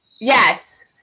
Yes